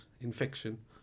infection